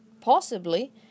Possibly